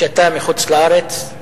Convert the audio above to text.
ואתה מחוץ-לארץ.